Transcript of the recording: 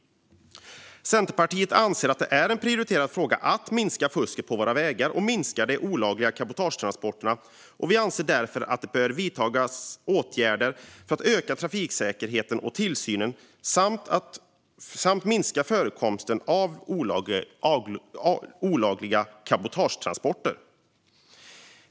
Centerpartiet anser att det är en prioriterad fråga att minska fusket på våra vägar och minska de olagliga cabotagetransporterna, och vi anser därför att det bör vidtas åtgärder för att öka trafiksäkerheten och tillsynen samt minska förekomsten av olagliga cabotagetransporter.